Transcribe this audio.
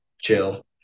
chill